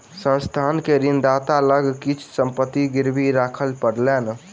संस्थान के ऋणदाता लग किछ संपत्ति गिरवी राखअ पड़लैन